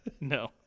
No